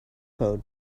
code